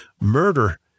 murder